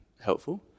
helpful